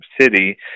city